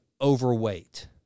overweight